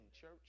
Church